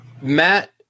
Matt